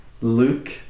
Luke